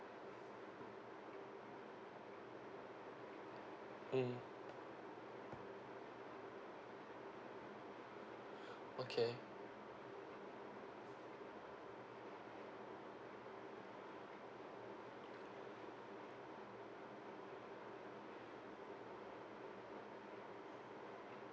mm okay